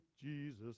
Jesus